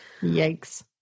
yikes